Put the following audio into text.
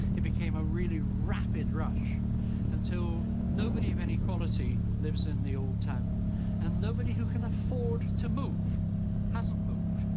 it became a really rapid rush until nobody of any quality lives in the old town and nobody who can afford to move hasn't moved,